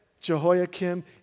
Jehoiakim